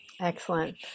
Excellent